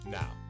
now